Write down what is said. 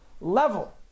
level